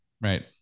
Right